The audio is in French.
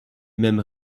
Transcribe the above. même